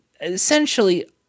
essentially